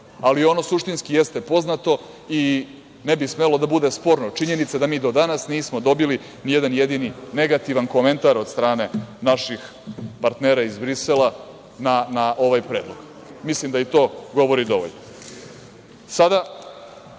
Ali ono suštinski jeste poznato i ne bi smelo da bude sporno, činjenica da mi do danas nismo dobili nijedan negativni komentar od strane naših partnera iz Brisela na ovaj predlog. Mislim da je to dovoljno. Sada,